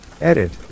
Edit